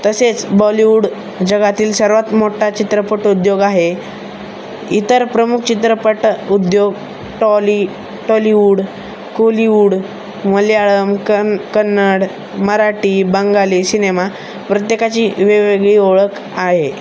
तसेच बॉलिवूड जगातील सर्वात मोठा चित्रपट उद्योग आहे इतर प्रमुख चित्रपट उद्योग टॉली टॉलीवूड कोलीवूड मल्याळम कन कन्नड मराठी बंगाली सिनेमा प्रत्येकाची वेगवेगळी ओळख आहे